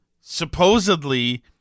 supposedly